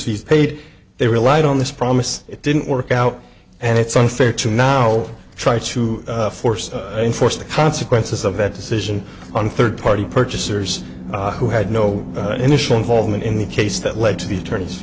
fees paid they relied on this promise it didn't work out and it's unfair to no try to force enforce the consequences of that decision on third party purchasers who had no initial involvement in the case that led to the attorneys